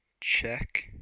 check